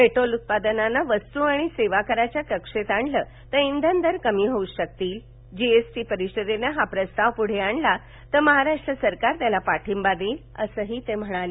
petrol उत्पादनांना वस्तु आणि सेवा कराच्या कक्षेत आणलं तर इंधन दर कमी होऊ शकतील जी एस ीी परिषदेनं हा प्रस्ताव पुढे आणला तर महाराष्ट्र सरकार त्याला पाठिंवा देईल असं ते म्हणाले